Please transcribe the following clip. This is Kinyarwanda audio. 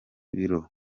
biro